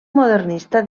modernista